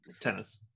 tennis